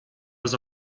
was